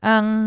Ang